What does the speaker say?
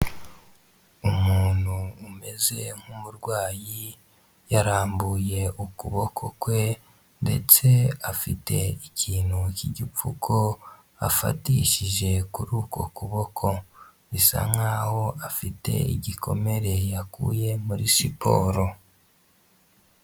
Umuntu umeze nk'umurwayi yarambuye ukuboko kwe ndetse afite ikintu cy'igipfuko afatishije kuri uko kuboko, bisa nkaho afite igikomere yakuye muri siporo.